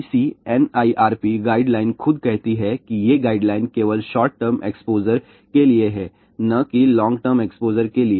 ICNIRP guideline खुद कहती है कि ये गाइडलाइन केवल शॉर्ट टर्म एक्सपोज़र के लिए हैं न कि लॉन्ग टर्म एक्सपोज़र के लिए